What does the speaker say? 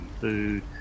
food